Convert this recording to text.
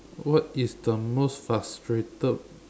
what is the most frustrated